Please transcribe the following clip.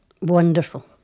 wonderful